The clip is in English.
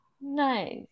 nice